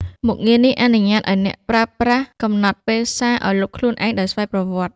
មុខងារនេះអនុញ្ញាតឲ្យអ្នកប្រើប្រាស់ កំណត់ពេលសារឲ្យលុបខ្លួនឯងដោយស្វ័យប្រវត្តិ។